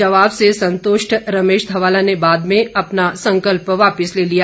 जवाब से संतुष्ट रमेश धवाला ने बाद में अपना संकल्प वापस ले लिया